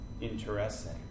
interesting